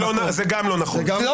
זה גם לא נכון.